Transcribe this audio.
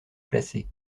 placée